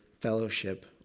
fellowship